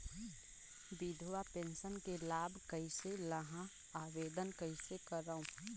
विधवा पेंशन के लाभ कइसे लहां? आवेदन कइसे करव?